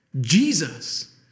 Jesus